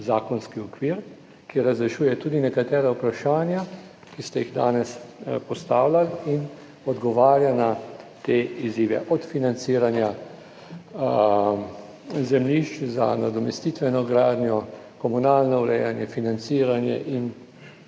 zakonski okvir, ki razrešuje tudi nekatera vprašanja, ki ste jih danes postavljali, in odgovarja na te izzive od financiranja zemljišč za nadomestitveno gradnjo, komunalno urejanje, financiranje in